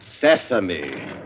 sesame